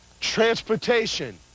transportation